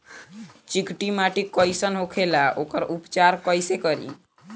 चिकटि माटी कई सन होखे ला वोकर उपचार कई से करी?